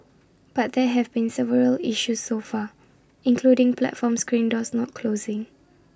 but there have been several issues so far including platform screen doors not closing